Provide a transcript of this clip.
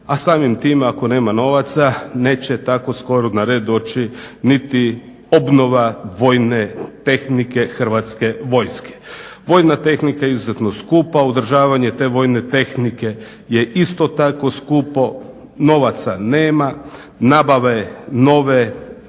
a samim time ako nema novaca neće tako skoro na red doći niti obnova vojne tehnike Hrvatske vojske. Vojna tehnika je izuzetno skupa, održavanje te vojne tehnike je isto tako skupo, novaca nema, nabave nove